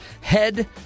head